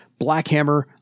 Blackhammer